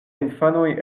infanoj